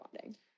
bonding